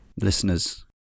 Listeners